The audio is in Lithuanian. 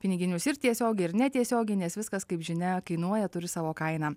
piniginius ir tiesiogiai ar netiesiogiai nes viskas kaip žinia kainuoja turi savo kainą